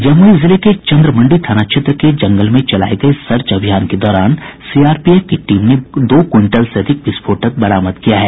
जमुई जिले के चन्द्रमंडी थाना क्षेत्र के जंगल में चलाये गये सर्च अभियान के दौरान सीआरपीएफ की टीम ने दो क्विंटल से अधिक विस्फोटक बरामद किया है